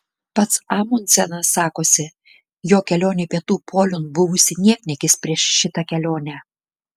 pats amundsenas sakosi jo kelionė pietų poliun buvusi niekniekis prieš šitą kelionę